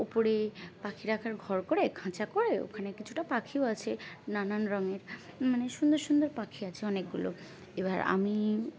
উপরে পাখি রাখার ঘর করে খাঁচা করে ওখানে কিছুটা পাখিও আছে নানান রঙের মানে সুন্দর সুন্দর পাখি আছে অনেকগুলো এবার আমি